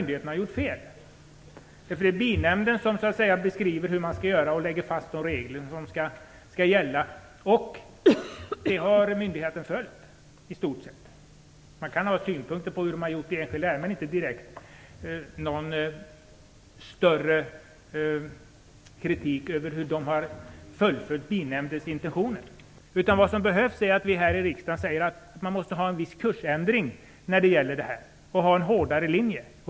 Det går inte att säga att myndigheterna har gjort fel. Binämnden lägger fast de regler som skall gälla, och myndigheterna har i stort sett följt dessa regler. Det går att ha synpunkter på vad de har gjort i enskilda ärenden. Men det finns inte någon direkt större kritik över hur de har fullföljt Binämndens intentioner. Vi i riksdagen måste säga att det behövs en kursändring med en hårdare linje.